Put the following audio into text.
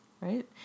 Right